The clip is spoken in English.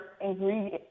ingredient